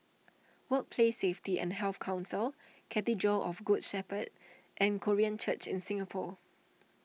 Workplace Safety and Health Council Cathedral of the Good Shepherd and Korean Church in Singapore